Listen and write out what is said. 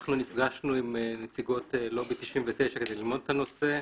נפגשנו עם נציגות לובי 99 על מנת ללמוד את הנושא.